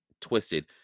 twisted